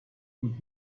und